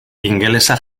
ingelesa